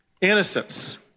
innocence